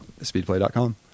Speedplay.com